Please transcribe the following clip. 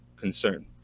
concern